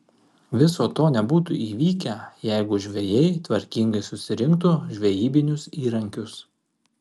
viso to nebūtų įvykę jeigu žvejai tvarkingai susirinktų žvejybinius įrankius